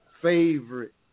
favorite